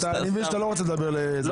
אני מבין שאתה לא רוצה לדבר --- לא,